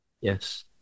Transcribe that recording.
Yes